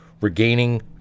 Regaining